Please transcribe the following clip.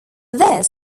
this